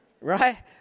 Right